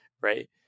Right